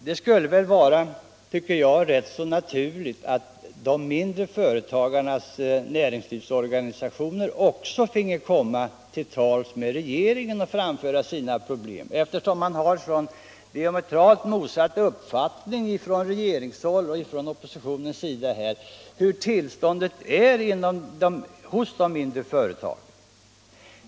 Det skulle vara rätt naturligt att de mindre företagarnas näringslivsorganisationer också finge komma till tals med regeringen och framföra sina problem, eftersom regeringen och oppositionen har så diametralt motsatta uppfattningar om tillståndet hos de mindre företagen.